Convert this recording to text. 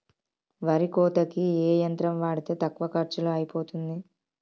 వరి కోతకి ఏ యంత్రం వాడితే తక్కువ ఖర్చులో అయిపోతుంది?